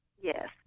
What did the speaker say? Yes